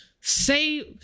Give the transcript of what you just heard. say